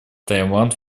таиланд